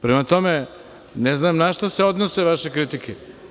Prema tome, ne znam na šta se odnose vaše kritike?